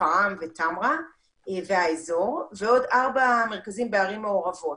שפרעם וטמרה והאזור ועוד ארבעה מרכזים בערים מעורבות,